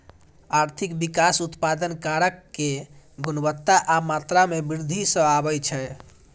आर्थिक विकास उत्पादन कारक के गुणवत्ता आ मात्रा मे वृद्धि सं आबै छै